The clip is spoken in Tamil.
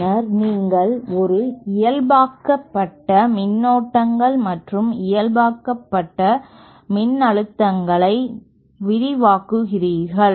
பின்னர் நீங்கள் ஒரு இயல்பாக்கப்பட்ட மின்னோட்டங்கள் மற்றும் இயல்பாக்கப்பட்ட மின்னழுத்தங்களை விரிவாக்குகிறீர்கள்